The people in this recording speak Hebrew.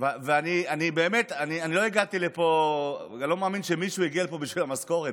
אני באמת לא מאמין שמישהו הגיע לפה בשביל המשכורת.